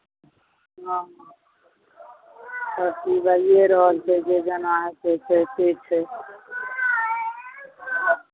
हँ सभचीज भैए रहल छै जे जेना हेतै से ठीक छै